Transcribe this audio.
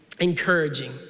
encouraging